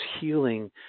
healing